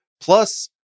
plus